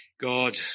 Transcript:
God